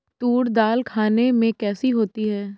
तूर दाल खाने में कैसी होती है?